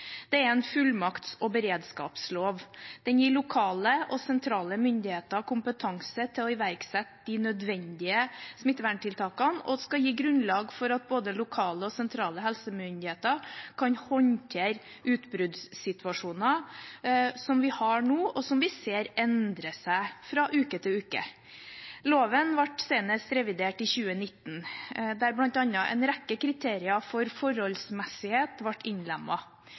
Det er en fullmakts- og beredskapslov. Den gir lokale og sentrale myndigheter kompetanse til å iverksette de nødvendige smitteverntiltakene og skal gi grunnlag for at både lokale og sentrale helsemyndigheter kan håndtere utbruddssituasjoner som det vi har nå, og som vi ser endrer seg fra uke til uke. Loven ble senest revidert i 2019, der bl.a. en rekke kriterier for forholdsmessighet ble